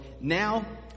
now